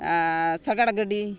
ᱥᱟᱜᱟᱲ ᱜᱟᱹᱰᱤ